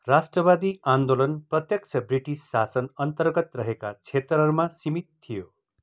राष्ट्रवादी आन्दोलन प्रत्यक्ष ब्रिटिश शासन अन्तर्गत रहेका क्षेत्रहरूमा सीमित थियो